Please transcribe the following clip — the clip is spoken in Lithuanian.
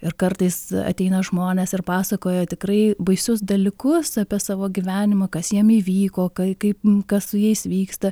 ir kartais ateina žmonės ir pasakoja tikrai baisius dalykus apie savo gyvenimą kas jam įvyko kai kaip kas su jais vyksta